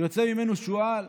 יוצא ממנו שועל.